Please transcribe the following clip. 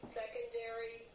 secondary